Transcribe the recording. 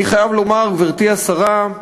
אני חייב לומר, גברתי השרה,